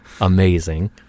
Amazing